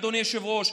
אדוני היושב-ראש,